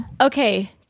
Okay